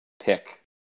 pick